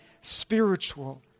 spiritual